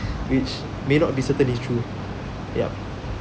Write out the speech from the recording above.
which may not be certain is true yup